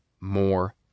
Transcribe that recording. more